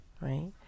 right